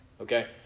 okay